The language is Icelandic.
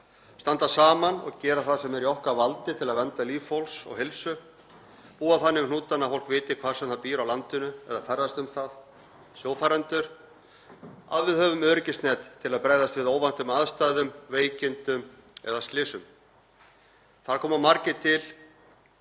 standa saman og gera það sem er í okkar valdi til að vernda líf fólks og heilsu, búa þannig um hnútana að fólk viti, hvar sem það býr á landinu eða ferðast um það, sjófarendur, að við höfum öryggisnet til að bregðast við óvæntum aðstæðum, veikindum eða slysum. Þar koma margir að